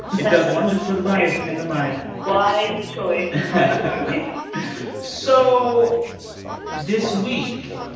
it does wonders for the body and the mind wise choice so this week,